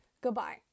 Goodbye